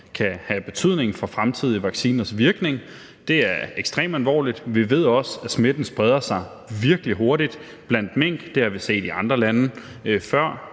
kan have betydning for fremtidige vacciners virkning. Det er ekstremt alvorligt. Vi ved også, at smitten spreder sig virkelig hurtigt blandt mink. Det har vi set i andre lande før,